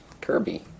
Kirby